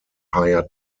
higher